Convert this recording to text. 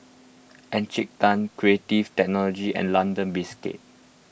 Encik Tan Creative Technology and London Biscuits